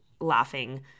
laughing